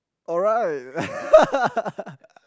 !wow! you're getting all serious with me